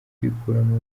kwikuramo